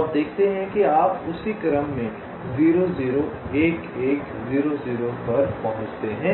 तो आप देखते हैं कि आप उसी क्रम में 0 0 1 1 0 0 पर पहुँचते हैं